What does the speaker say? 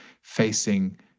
facing